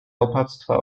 opactwa